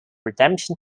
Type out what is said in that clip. redemption